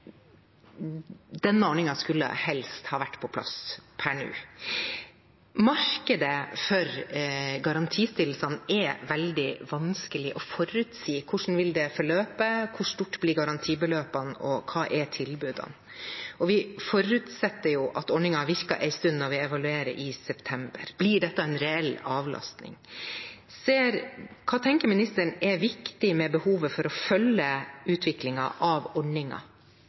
denne ordningen skulle helst ha vært på plass per nå. Markedet for garantistillelsene er veldig vanskelig å forutsi – hvordan vil det forløpe, hvor store blir garantibeløpene, og hva er tilbudene? Vi forutsetter jo at ordningen har virket en stund når vi evaluerer i september – blir dette en reell avlastning? Hva tenker ministeren er viktig med behovet for å følge utviklingen av